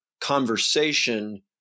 conversation